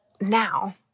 now